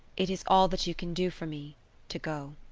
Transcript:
it is all that you can do for me to go.